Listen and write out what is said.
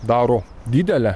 daro didelę